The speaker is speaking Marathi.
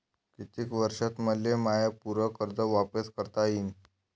कितीक वर्षात मले माय पूर कर्ज वापिस करता येईन?